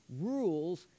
rules